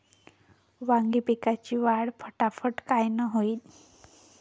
वांगी पिकाची वाढ फटाफट कायनं होईल?